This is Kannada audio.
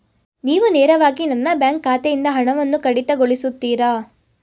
ನೀವು ನೇರವಾಗಿ ನನ್ನ ಬ್ಯಾಂಕ್ ಖಾತೆಯಿಂದ ಹಣವನ್ನು ಕಡಿತಗೊಳಿಸುತ್ತೀರಾ?